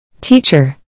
Teacher